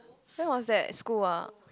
when was that school ah